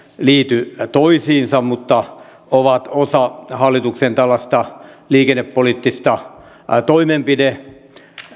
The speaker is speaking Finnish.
liity toisiinsa mutta ovat osa tällaista hallituksen liikennepoliittista toimenpide